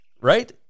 right